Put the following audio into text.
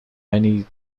many